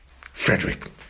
frederick